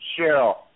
Cheryl